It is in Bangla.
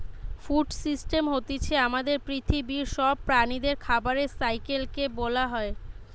ফুড সিস্টেম হতিছে আমাদের পৃথিবীর সব প্রাণীদের খাবারের সাইকেল কে বোলা হয়